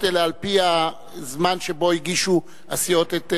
אלא על-פי הזמן שבו הגישו הסיעות את,